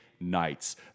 nights